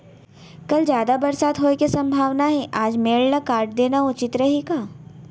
कल जादा बरसात होये के सम्भावना हे, आज मेड़ ल काट देना उचित रही का?